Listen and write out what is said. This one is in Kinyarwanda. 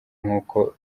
nkuko